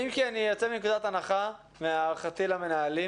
אם כי אני יוצא מנקודת הנחה מהערכתי למנהלים